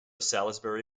salisbury